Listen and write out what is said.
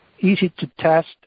easy-to-test